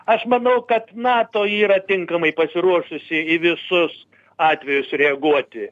aš manau kad nato yra tinkamai pasiruošusi į visus atvejus sureaguoti